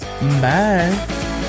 Bye